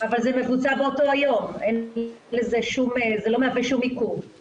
אבל זה מבוצע באותו היום, זה לא מהווה שום עיכוב.